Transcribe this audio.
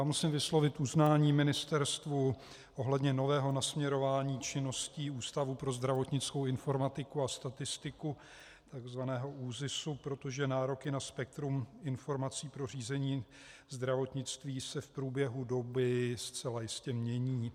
Musím vyslovit uznání ministerstvu ohledně nového nasměrování činností Ústavu pro zdravotnickou informatiku a statistiku, tzv. ÚZISu, protože nároky na spektrum informací pro řízení zdravotnictví se v průběhu doby zcela jistě mění.